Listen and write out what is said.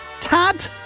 tad